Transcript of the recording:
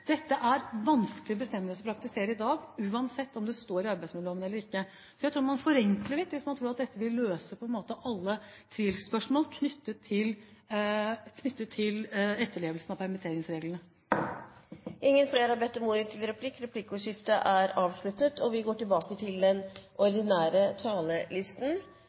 Dette er vanskelige bestemmelser som praktiseres i dag, uansett om det står i arbeidsmiljøloven eller ikke. Jeg tror man forenkler litt hvis man tror at dette vil løse alle tvilsspørsmål knyttet til etterlevelsen av permitteringsreglene. Replikkordskiftet er omme. De talere som heretter får ordet, har en taletid på inntil 3 minutter. Jeg har bare behov for å knytte noen kommentarer til innlegget fra representanten Røe Isaksen fra Høyre og